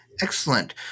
Excellent